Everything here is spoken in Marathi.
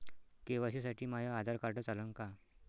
के.वाय.सी साठी माह्य आधार कार्ड चालन का?